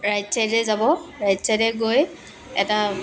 right ছাইডে যাব right ছাইডে গৈ এটা